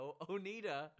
Onita